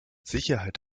sicherheit